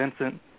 Vincent